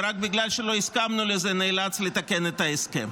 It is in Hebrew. ורק בגלל שלא הסכמנו לזה נאלץ לתקן את ההסכם.